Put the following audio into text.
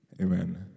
Amen